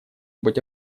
быть